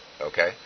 Okay